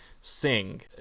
sing